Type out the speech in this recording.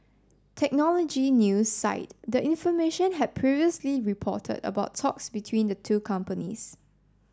technology news site the information had previously reported about talks between the two companies